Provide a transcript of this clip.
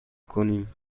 کنیم